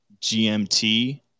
GMT